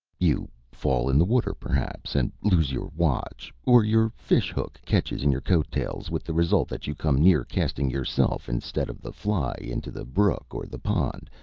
you fall in the water perhaps, and lose your watch, or your fish-hook catches in your coat-tails, with the result that you come near casting yourself instead of the fly into the brook or the pond,